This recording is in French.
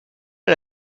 pas